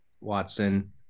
Watson